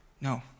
no